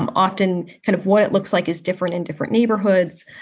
um often kind of what it looks like is different in different neighborhoods.